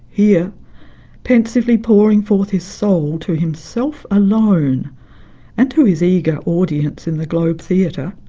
here pensively pouring forth his soul to himself alone and to his eager audience in the globe theatre.